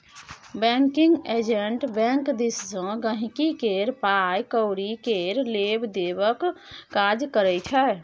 banking agent bank दिस सँ गांहिकी केर पाइ कौरी केर लेब देबक काज करै छै